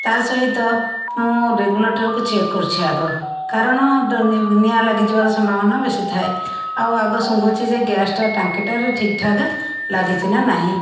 ତା' ସହିତ ମୁଁ ରେଗୁଲେଟରକୁ ଚେକ୍ କରୁଛି ଆଗ କାରଣ ଡେ ନିଁ ନିଆଁ ଲାଗିଯିବାର ସମ୍ଭାବନା ବେଶି ଥାଏ ଆଉ ଆଗ ସୁଙ୍ଗୁଛି ଯେ ଗ୍ୟାସଟା ଟାଙ୍କିଟାରେ ଠିକ୍ଠାକ୍ ଲାଗିଛି ନା ନାହିଁ